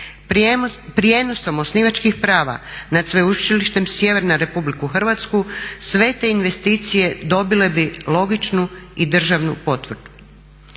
Prijenosom osnivačkih prava nad Sveučilištem Sjever na RH sve te investicije dobile bi logičnu i državnu potvrdu.